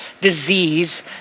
disease